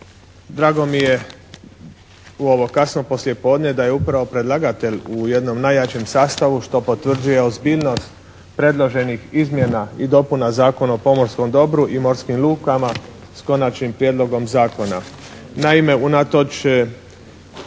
Drago mi je u ovo kasno poslije podne da je upravo predlagatelj u jednom najjačem sastavu što potvrđuje ozbiljnost predloženih izmjena i dopuna Zakona o pomorskom dobru i morskim lukama s konačnim prijedlogom zakona.